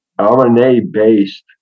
RNA-based